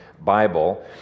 bible